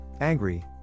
Angry